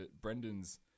Brendan's